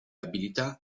abilità